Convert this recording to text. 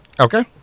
Okay